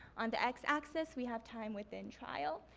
on the x-axis we have time within trial,